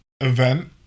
event